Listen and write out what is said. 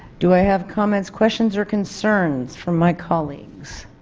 do i have comments questions or concerns from my colleagues?